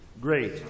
Great